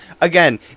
again